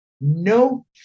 no